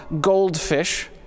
goldfish